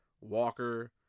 Walker